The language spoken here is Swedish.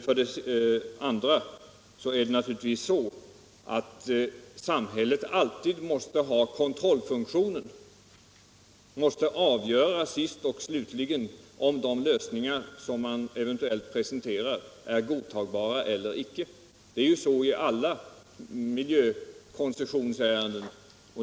Sedan är det naturligtvis så, att samhället alltid måste ha kontrollfunktionen och sist och slutligt måste avgöra om de lösningar som kraftföretagen eventuellt presenterar är godtagbara eller icke. Det är ju så i alla miljökoncessionsärenden.